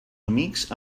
amics